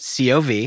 COV